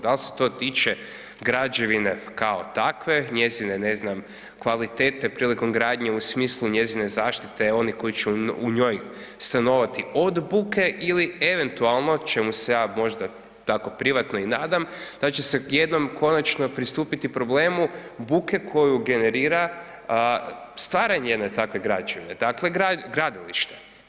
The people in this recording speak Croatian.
Da li se to tiče građevine kao takve, njezine, ne znam, kvalitete prilikom gradnje u smislu njezine zaštite onih koji će u njoj stanovati od buke ili eventualno, čemu se ja možda tako privatno i nadam, da će se jednom konačno pristupiti problemu bude koju generira stvaranje jedne takve građevine, dakle gradilište.